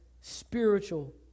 spiritual